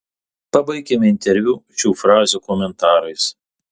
pabaikime interviu šių frazių komentarais